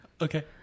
okay